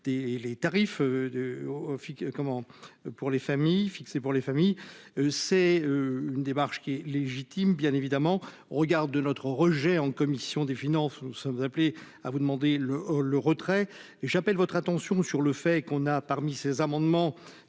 les familles, fixée pour les familles, c'est une démarche qui est légitime, bien évidemment, regarde notre rejet en commission des finances nous sommes appelés à vous demander le le retrait et j'appelle votre attention sur le fait qu'on a parmi ses amendements